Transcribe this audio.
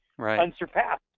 unsurpassed